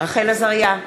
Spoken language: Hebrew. רחל עזריה,